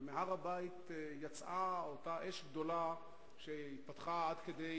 מהר-הבית יצאה אותה אש גדולה שהתפתחה עד כדי